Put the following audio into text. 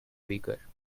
weaker